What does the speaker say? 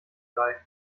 sei